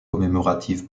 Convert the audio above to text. commémorative